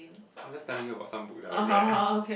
so I'm just telling you about some book that I read